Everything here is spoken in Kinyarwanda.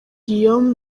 guillaume